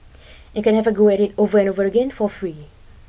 you can have a go at it over and over again for free